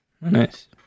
Nice